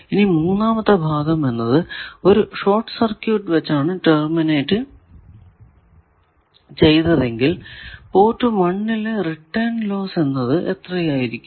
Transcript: ഇനി മൂന്നാമത്തെ ഭാഗം എന്നത് ഒരു ഷോർട് സർക്യൂട് വച്ചാണ് ടെർമിനേറ്റ് ചെയ്തതെങ്കിൽ പോർട്ട് 1 ലെ റിട്ടേൺ ലോസ് എന്നത് എത്രയായിരിക്കും